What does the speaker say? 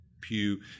pew